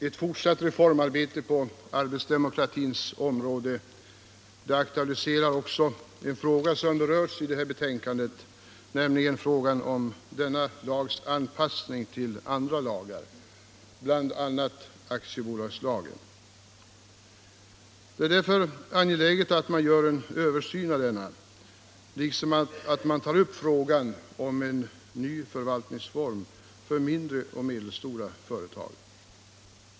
Ett fortsatt reformarbete på arbetsdemokratins område aktualiserar också en fråga som berörs i det här betänkandet, nämligen om denna lags anpassning till andra lagar, bl.a. aktiebolagslagen. Det är därför angeläget att man gör en översyn av denna liksom att man tar upp frågan om en ny förvaltningsform för mindre och medelstora företag.